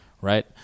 right